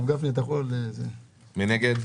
מי נגד?